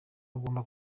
agomba